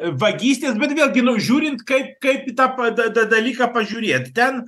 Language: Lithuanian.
vagystės bet vėl gi nu žiūrint kaip kaip į tą pa da da dalyką pažiūrėti ten